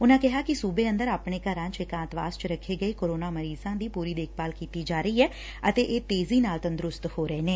ਉਨਾਂ ਕਿਹਾ ਕਿ ਸੁਬੇ ਅੰਦਰ ਆਪਣੇ ਘਰਾਂ ਵਿਚ ਏਕਾਂਤਵਾਸ ਚ ਰੱਖੇ ਗਏ ਕੋਰੋਨਾ ਮਰੀਜ਼ਾਂ ਦੀ ਪੁਰੀ ਦੇਖਭਾਲ ਕੀਤੀ ਜਾ ਰਹੀ ਏ ਅਤੇ ਇਹ ਤੇਜੀ ਨਾਲ ਤੰਦਰੁਸਤ ਹੋ ਰਹੇ ਨੇ